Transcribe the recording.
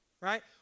right